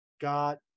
got